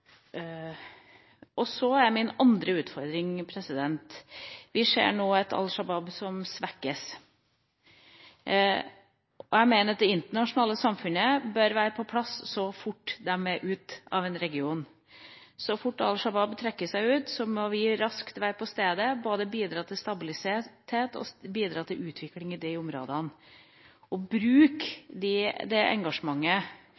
min andre utfordring: Vi ser nå et Al Shabaab som svekkes. Jeg mener at det internasjonale samfunnet bør være på plass så fort de er ute av en region. Så fort Al Shabaab trekker seg ut, må vi raskt være på stedet, bidra til både stabilitet og utvikling i de områdene og